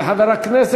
בסדר?